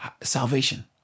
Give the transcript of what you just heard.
salvation